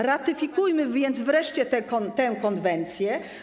Ratyfikujmy więc wreszcie tę konwencję.